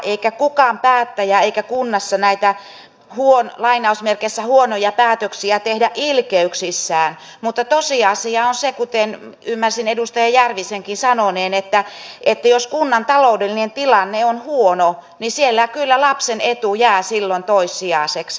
ei kukaan päättäjä tee eikä kunnassa tehdä näitä huonoja päätöksiä ilkeyksissään mutta tosiasia on se kuten ymmärsin edustaja järvisenkin sanoneen että jos kunnan taloudellinen tilanne on huono niin siellä kyllä lapsen etu jää silloin toissijaiseksi